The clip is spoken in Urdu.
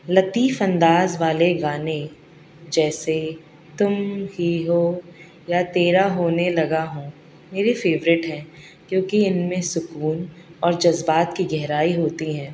لطیف انداز والے گانے جیسے تم ہی ہو یا تیرا ہونے لگا ہوں میرے فیوریٹ ہیں کیونکہ ان میں سکون اور جذبات کی گہرائی ہوتی ہیں